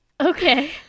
Okay